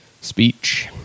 speech